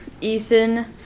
Ethan